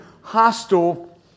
hostile